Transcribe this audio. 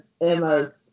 Emma's